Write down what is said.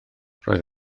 roedd